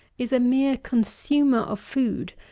is a mere consumer of food,